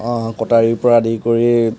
অ' কটাৰী পৰা আদি কৰি